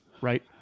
right